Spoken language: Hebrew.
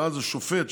ואז השופט,